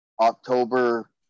October